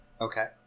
Okay